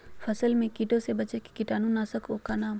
फसल में कीटों से बचे के कीटाणु नाशक ओं का नाम?